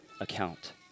account